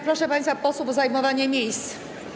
Proszę państwa posłów o zajmowanie miejsc.